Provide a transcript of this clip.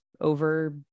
over